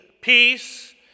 peace